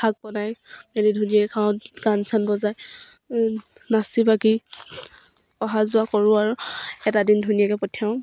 শাক বনাই মেলি ধুনীয়াকৈ খাওঁ গান চান বজাই নাচি বাগি অহা যোৱা কৰোঁ আৰু এটা দিন ধুনীয়াকৈ পঠিয়াওঁ